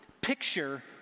picture